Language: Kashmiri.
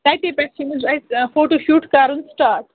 تَتی پٮ۪ٹھ چھِ یِم اَسہِ فوٹوٗ شوٗٹ کَرُن سِٹارٹ